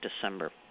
December